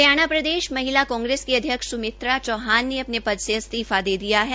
हरियाणा प्रदेश महिला कांग्रेस के अध्यक्ष सुमित्रा चौहान ने अपने पद से इस्तीफा दे दिया है